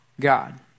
God